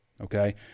okay